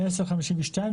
1052,